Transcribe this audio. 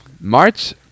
March